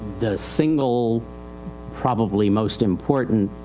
the single probably most important,